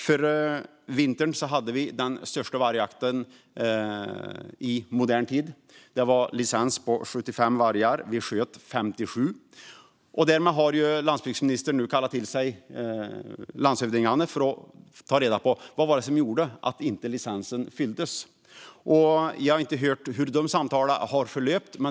Förra vintern hade vi den största vargjakten i modern tid. Det fanns licens för att skjuta 75 vargar, men bara 57 vargar sköts. Därför har landsbygdsministern nu kallat till sig landshövdingarna för att ta reda på vad som gjorde att antalet i licensen inte uppfylldes. Jag har inte hört hur dessa samtal har förlöpt.